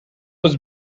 was